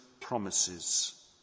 promises